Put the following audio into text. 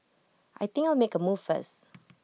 I think I'll make A move first